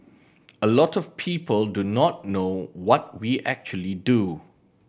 a lot of people do not know what we actually do